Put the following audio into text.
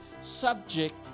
subject